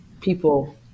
people